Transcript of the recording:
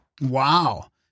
Wow